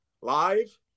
live